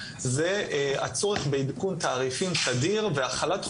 זה בזירה הניהולית.